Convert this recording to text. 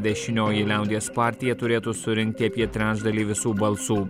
dešinioji liaudies partija turėtų surinkti apie trečdalį visų balsų